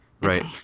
Right